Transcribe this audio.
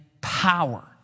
power